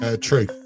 True